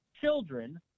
children